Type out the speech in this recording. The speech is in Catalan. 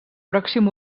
pròxim